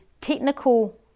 technical